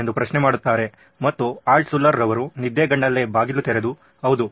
ಎಂದು ಪ್ರಶ್ನೆ ಮಾಡುತ್ತಾರೆ ಮತ್ತು ಆಲ್ಟ್ಶುಲ್ಲರ್ ರವರು ನಿದೆಗಣ್ಣಲೇ ಬಾಗಿಲು ತೆರೆದು ಹೌದು